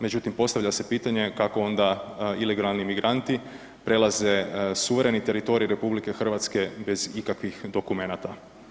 Međutim, postavlja se pitanje kako onda ilegalni migranti prelaze suvremeni teritorij RH bez ikakvih dokumenata.